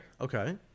okay